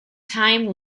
time